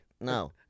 No